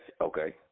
okay